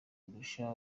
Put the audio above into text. kurusha